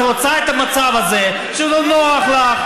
את רוצה את המצב הזה כשזה נוח לך.